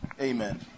Amen